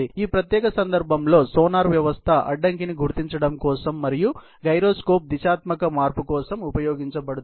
ఈ ప్రత్యేక సందర్భంలో సోనార్ వ్యవస్థ అడ్డంకిని గుర్తించడము కోసం మరియు గైరోస్కోప్ దిశాత్మక మార్పు కోసం ఉపయోగించబడుతుంది